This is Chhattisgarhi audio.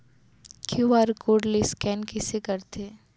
क्यू.आर कोड ले स्कैन कइसे करथे?